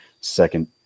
second